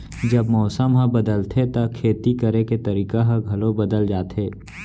जब मौसम ह बदलथे त खेती करे के तरीका ह घलो बदल जथे?